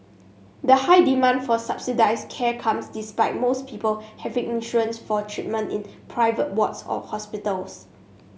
the high demand for subsidised care comes despite most people having insurance for treatment in private wards or hospitals